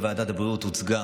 היום בוועדת הבריאות הוצגה